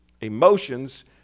emotions